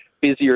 busier